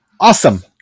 awesome